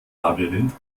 labyrinth